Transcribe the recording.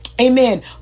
amen